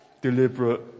deliberate